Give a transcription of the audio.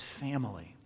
family